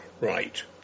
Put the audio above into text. right